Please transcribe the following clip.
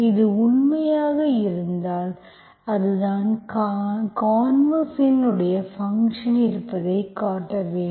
இது உண்மையாக இருந்தால் அதுதான் கான்வர்சின் ஃபங்க்ஷன் இருப்பதை காட்ட வேண்டும்